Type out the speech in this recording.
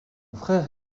frère